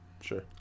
Sure